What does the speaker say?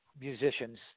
musicians